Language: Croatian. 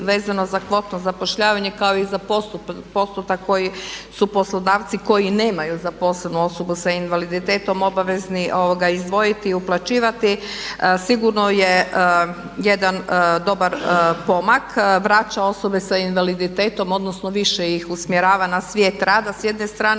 vezano za kvotno zapošljavanje kao i za postotak koji su poslodavci koji nemaju zaposlenu osobu sa invaliditetom obavezni izdvojiti, uplaćivati, sigurno je jedan dobar pomak, vraća osobe sa invaliditetom odnosno više ih usmjerava na svijet rada s jedne strane